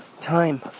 time